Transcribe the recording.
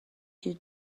due